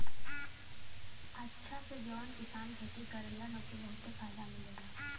अचछा से जौन किसान खेती करलन ओके बहुते फायदा मिलला